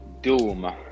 doom